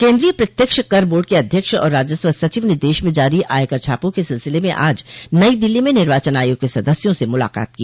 केन्द्रीय प्रत्यक्ष कर बोर्ड के अध्यक्ष और राजस्व सचिव ने देश में जारी आयकर छापों के सिलसिले में आज नई दिल्ली में निर्वाचन आयोग के सदस्यों से मुलाकात की